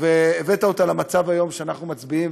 והבאת היום למצב שאנחנו מצביעים,